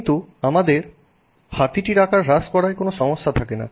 কিন্তু আমাদের হাতিটির আকার হ্রাস করায় কোন সমস্যা থাকে না